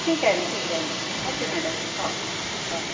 ठीक आहे ना ठीक आहे ना ओके मॅडम हो बरं